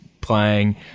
playing